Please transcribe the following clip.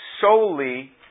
solely